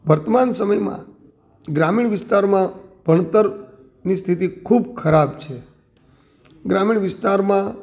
વર્તમાન સમયમાં ગ્રામીણ વિસ્તારમાં ભણતરની સ્થિતિ ખૂબ ખરાબ છે ગ્રામીણ વિસ્તારમાં